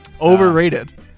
Overrated